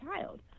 child